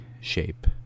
shape